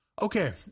Okay